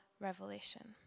revelation